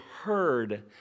heard